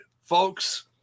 Folks